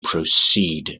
proceed